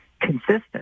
consistent